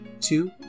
two